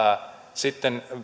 sitten